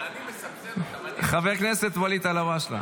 חבר הכנסת ואליד אלהואשלה,